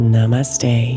Namaste